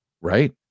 Right